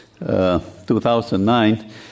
2009